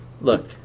Look